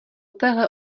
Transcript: téhle